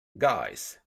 guys